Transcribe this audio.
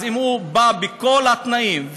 אז אם הוא עמד בכל התנאים,